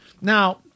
Now